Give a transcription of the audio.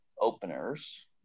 openers